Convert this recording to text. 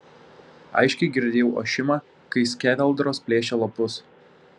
aiškiai girdėjau ošimą kai skeveldros plėšė lapus